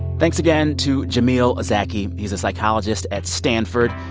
thanks again, to jamil zaki. he's a psychologist at stanford.